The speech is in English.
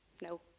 No